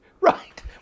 Right